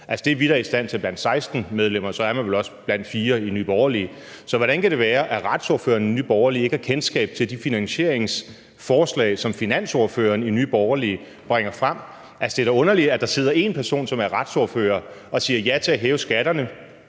det er vi da i stand til blandt 16 medlemmer, så er man det vel også blandt 4 medlemmer i Nye Borgerlige. Så hvordan kan det være, at retsordføreren i Nye Borgerlige ikke har kendskab til de finansieringsforslag, som finansordføreren i Nye Borgerlige bringer frem? Det er da underligt, at der sidder én person, som er retsordfører, og siger ja til at hæve skatterne